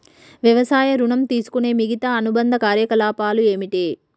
వ్యవసాయ ఋణం తీసుకునే మిగితా అనుబంధ కార్యకలాపాలు ఏమిటి?